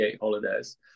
holidays